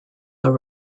are